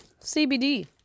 CBD